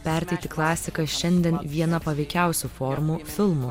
perteikti klasiką šiandien viena paveikiausių formų filmu